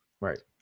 Right